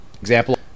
example